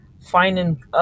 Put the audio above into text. finding